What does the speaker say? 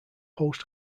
post